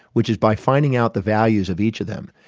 which is by finding out the values of each of them,